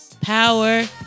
power